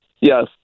yes